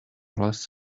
less